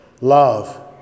love